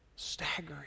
Staggering